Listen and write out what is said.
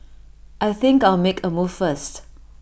I think I'll make A move first